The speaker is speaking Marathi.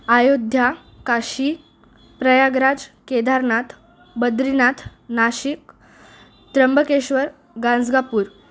अयोध्या काशी प्रयागराज केदारनाथ बद्रीनाथ नाशिक त्रंबकेश्वर गाणगापूर